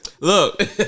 Look